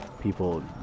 people